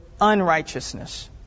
unrighteousness